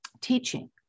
teaching